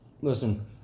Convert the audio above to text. Listen